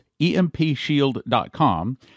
EMPShield.com